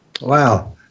Wow